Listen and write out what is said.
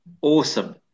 Awesome